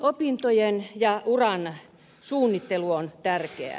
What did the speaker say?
opintojen ja uran suunnittelu on tärkeää